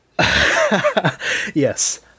yes